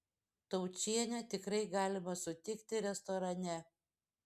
taučienę tikrai galima sutikti restorane